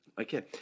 Okay